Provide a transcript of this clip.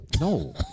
No